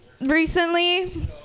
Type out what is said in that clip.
recently